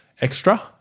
extra